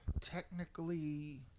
technically